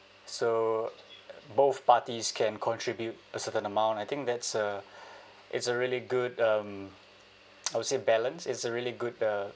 so both parties can contribute a certain amount I think that's a uh it's a really good um I would say balance it's a really good uh